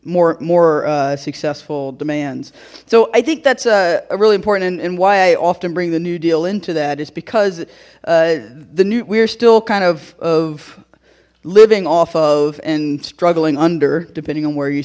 more more successful demands so i think that's a really important and why i often bring the new deal into that it's because the new we're still kind of of living off of and struggling under depending on where you